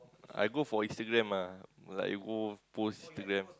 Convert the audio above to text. I go for Instagram ah like I go post Instagram